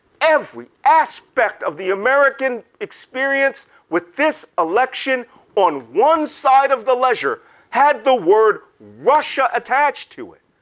every aspect of the american experience with this election on one side of the ledger had the word russia attached to it.